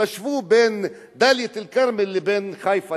תשוו בין דאלית-אל-כרמל לבין חיפה,